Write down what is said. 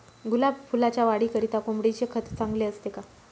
गुलाब फुलाच्या वाढीकरिता कोंबडीचे खत चांगले असते का?